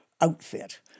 outfit